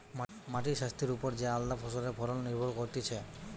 মাটির স্বাস্থ্যের ওপর যে আলদা ফসলের ফলন নির্ভর করতিছে